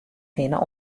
hinne